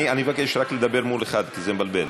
אני מבקש לדבר מול אחד, כי זה מבלבל.